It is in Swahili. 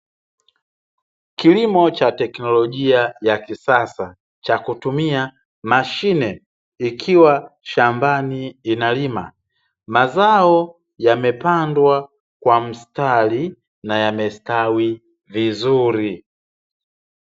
Kilimo cha teknolojia ya kisasa, cha kutumia mashine, ikiwa shambani inalima. Mazao yamepandwa kwa mstari na yamestawi vizuri.